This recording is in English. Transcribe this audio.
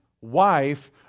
wife